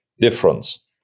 difference